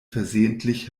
versehentlich